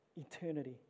eternity